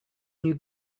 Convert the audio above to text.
gnü